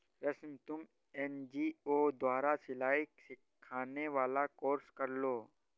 रश्मि तुम एन.जी.ओ द्वारा सिलाई सिखाने वाला कोर्स कर लो